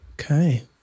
Okay